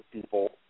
people